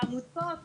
העמותות